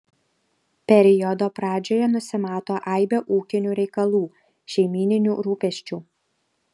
periodo pradžioje nusimato aibė ūkinių reikalų šeimyninių rūpesčių